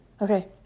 Okay